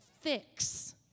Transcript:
fix